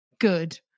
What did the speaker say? good